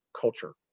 culture